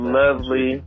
lovely